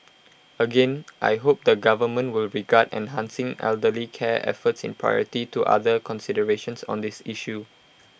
again I hope the government will regard enhancing elderly care efforts in priority to other considerations on this issue